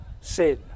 sin